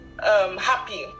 happy